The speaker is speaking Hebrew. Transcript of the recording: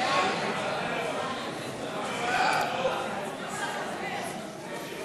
ההצעה להעביר את הצעת חוק זכאות לאבחון לקויות